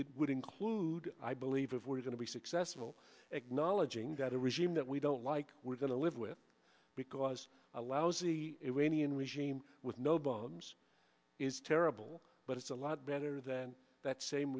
it would include i believe if we're going to be successful acknowledging that a regime that we don't like we're going to live with because a lousy iranian regime with no bombs is terrible but it's a lot better than that same